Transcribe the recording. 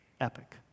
epic